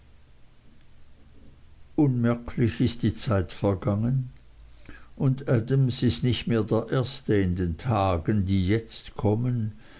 unmerklich ist die zeit verstrichen und adams ist nicht mehr der erste in den tagen die jetzt kommen